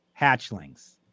hatchlings